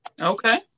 Okay